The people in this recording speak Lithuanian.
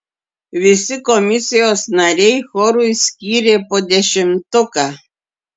visi komisijos nariai chorui skyrė po dešimtuką